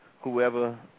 whoever